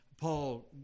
Paul